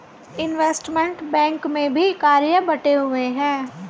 investment bank में भी कार्य बंटे हुए हैं